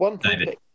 David